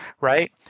right